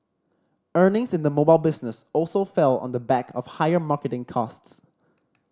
earnings in the mobile business also fell on the back of higher marketing costs